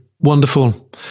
Wonderful